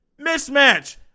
mismatch